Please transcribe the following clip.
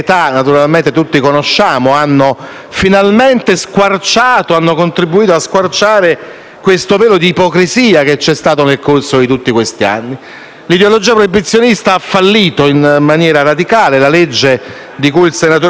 finalmente ha contribuito a squarciare questo velo di ipocrisia che c'è stato nel corso di tutti questi anni. L'ideologia proibizionista ha fallito in maniera radicale, la legge che porta il nome del senatore Giovanardi ne è stata,